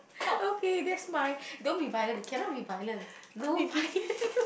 okay that's mine don't be violent you cannot be violent no violent